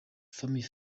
family